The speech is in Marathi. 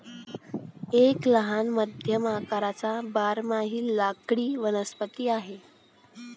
एक लहान मध्यम आकाराचा बारमाही लाकडी वनस्पती आहे